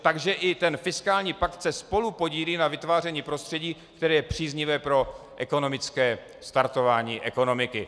Takže i ten fiskální pakt se spolupodílí na vytváření prostředí, které je příznivé pro ekonomické startování ekonomiky.